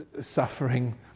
suffering